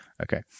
Okay